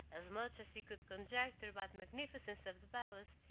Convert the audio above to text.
as much as he could conjecture by the magnificence of the palace,